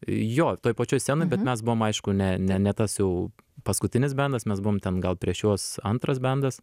jo toj pačioj scenoj bet mes buvom aišku ne ne ne tas jau paskutinis bendas mes buvom ten gal prieš juos antras bendas